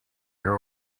there